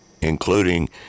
Including